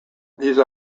these